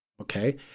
Okay